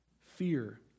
fear